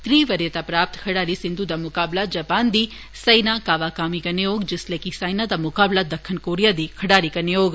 त्री विरयता प्राप्त खडारी सिन्धु दा मुकाबला जापान दी सेइना कावाकामी कन्नै होग जिस्सले की साइना दा मुकाबला दक्खन कोरिया दी खडारी कन्नै होग